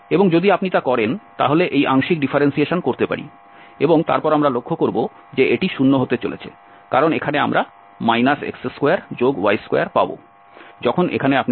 এবং যদি আপনি তা করেন তাহলে আমরা এই আংশিক ডিফারেন্সিয়েশন করতে পারি এবং তারপর আমরা লক্ষ্য করব যে এটি 0 হতে চলেছে কারণ এখানে আমরা x2y2পাবো যখন এখানে আপনি x2 y2পাবেন